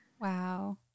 Wow